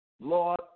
Lord